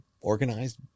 organized